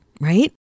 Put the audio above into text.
right